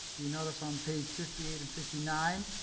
you notice on page fifty eight and fifty nine,